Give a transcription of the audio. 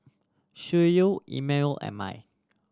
Schuyler Immanuel and Mai